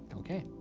okay.